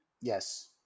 Yes